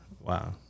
Wow